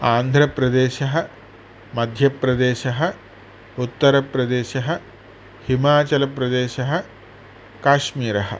आन्ध्रप्रदेशः मध्यप्रदेशः उत्तरप्रदेशः हिमाचलप्रदेशः काश्मीरः